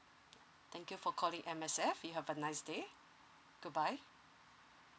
thank you for calling to M_S_F you have a nice day goodbye